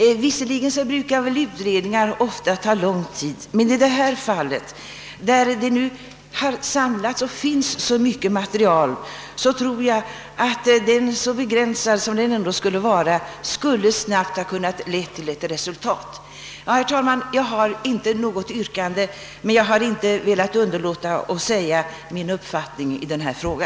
Visserligen brukar utredningar ta lång tid, men i detta fall finns redan samlat så mycket material att det endast skulle bli fråga om en begränsad utredning som snabbt skulle leda till resultat. Herr talman! Jag har inte något yrkande, men jag har inte velat underlåta att anföra min uppfattning i denna fråga.